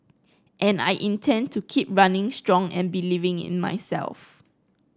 and I intend to keep running strong and believing in myself